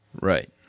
Right